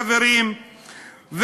חברים,